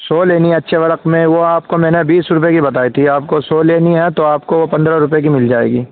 سو لینی ہے اچھے ورق میں وہ آپ کو میں نے بیس روپیے کے بتائی تھی آپ کو سو لینی ہے تو آپ کو پندرہ روپے کی مل جائے گی